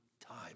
time